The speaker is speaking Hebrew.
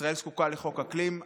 ישראל זקוקה לחוק אקלים.